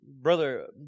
Brother